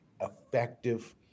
effective